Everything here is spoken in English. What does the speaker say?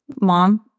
Mom